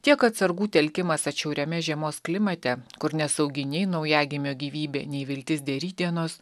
tiek atsargų telkimas atšiauriame žiemos klimate kur nesaugi nei naujagimio gyvybė nei viltis dėl rytdienos